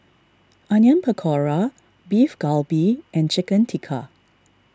Onion Pakora Beef Galbi and Chicken Tikka